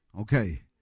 Okay